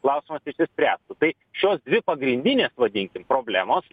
klausimas išsispręstų tai šios dvi pagrindinės vadinkim problemos